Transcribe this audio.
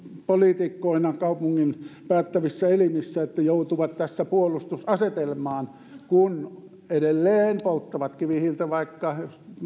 kaupungin päättävissä elimissä joutuvat tässä puolustusasetelmaan kun edelleen polttavat kivihiiltä vaikka